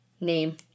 name